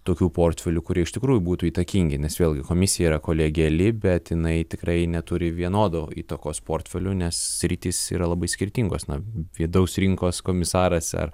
tokių portfelių kurie iš tikrųjų būtų įtakingi nes vėlgi komisija yra kolegiali bet jinai tikrai neturi vienodų įtakos portfelių nes sritys yra labai skirtingos na vidaus rinkos komisaras ar